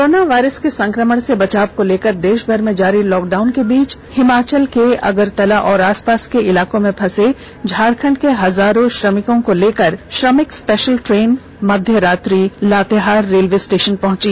corona virus के संक्रमण से बचाव को लेकर देशभर में जारी लॉकडाउन के बीच हिमाचल के अगरतला और आस पास के इलाकों में फंसे झारखंड के हजारों श्रमिकों को लेकर करीब श्रमिक स्पेशल ट्रेन मध्यरात्रि लातेहार रेलवे स्टेशन पहुंची